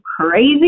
crazy